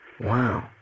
Wow